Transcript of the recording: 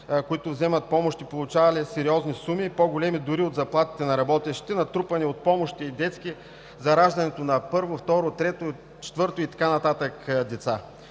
които взимат помощи, получавали сериозни суми, по-големи дори от заплатите на работещите, натрупани от помощи и детски за раждането на първо, второ, трето, четвърто и така нататък деца.